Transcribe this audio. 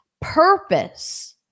purpose